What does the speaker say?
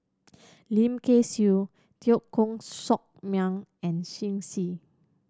Lim Kay Siu Teo Koh Sock Miang and Shen Xi